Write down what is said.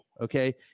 okay